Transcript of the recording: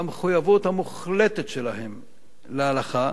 והמחויבות המוחלטת שלהם להלכה,